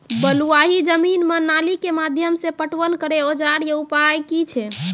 बलूआही जमीन मे नाली के माध्यम से पटवन करै औजार या उपाय की छै?